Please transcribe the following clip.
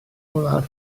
wlad